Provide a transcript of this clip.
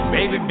Baby